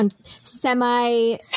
semi